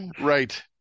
Right